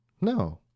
No